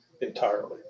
entirely